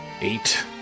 eight